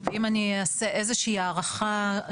ואם אני אעשה איזושהי הערכה,